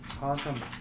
Awesome